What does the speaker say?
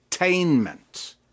entertainment